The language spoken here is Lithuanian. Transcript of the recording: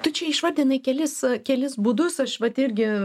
tu čia išvardinai kelis kelis būdus aš vat irgi